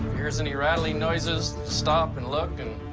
hears any rattling noises, stop and look and.